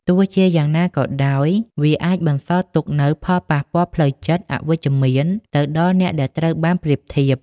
ទោះជាយ៉ាងណាក៏ដោយ វាអាចបន្សល់ទុកនូវផលប៉ះពាល់ផ្លូវចិត្តអវិជ្ជមានទៅដល់អ្នកដែលត្រូវបានប្រៀបធៀប។